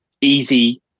easy